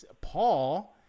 Paul